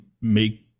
make